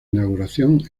inauguración